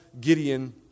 Gideon